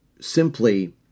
simply